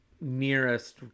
nearest